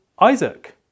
Isaac